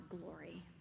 glory